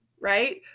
right